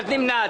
את נמנעת.